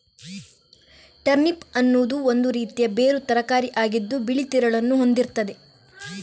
turnip ಅನ್ನುದು ಒಂದು ರೀತಿಯ ಬೇರು ತರಕಾರಿ ಆಗಿದ್ದು ಬಿಳಿ ತಿರುಳನ್ನ ಹೊಂದಿರ್ತದೆ